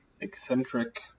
eccentric